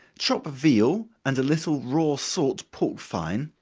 chop veal and a little raw salt pork fine,